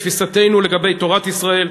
תפיסתנו לגבי תורת ישראל,